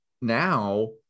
now